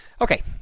okay